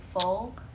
full